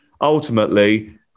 ultimately